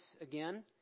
again